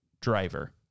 driver